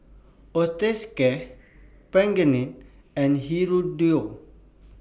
Osteocare Pregain and Hirudoid